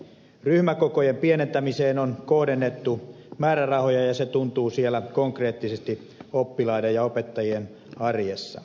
ryhmäkokojen pienentämiseen on kohdennettu määrärahoja ja se tuntuu siellä konkreettisesti oppilaiden ja opettajien arjessa